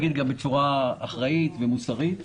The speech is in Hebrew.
בצורה אחראית ומוסרית.